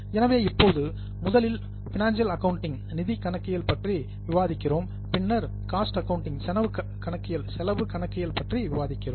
எனவே இப்போது முதலில் பைனான்சியல் அக்கவுண்டிங் நிதி கணக்கியல் பற்றி விவாதிக்கிறோம் பின்னர் காஸ்ட் அக்கவுண்டிங் செலவு கணக்கியல் பற்றி விவாதிக்கிறோம்